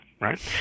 Right